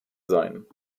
sein